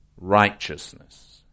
Righteousness